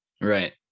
right